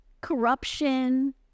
corruption